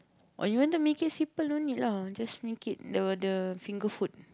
or you want to make it simple only lah just link it the the finger food